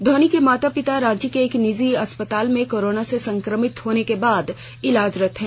धोनी के माता पिता रांची के एक निजी अस्पताल में कोरोना से संक्रमित होने के बाद इलाजरत हैं